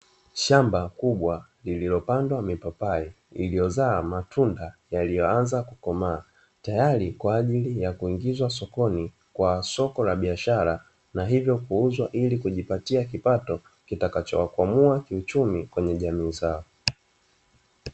Shamba kubwa lililopandwa mipapai yaliozaa matunda yalioanza kukomaa tayari kwajili ya kuingizwa sokoni kwa soko la biashara ilikuzwa kujipatia kipato kitakacho wakwamua kiuchumi katika jamii zao.